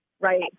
Right